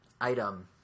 item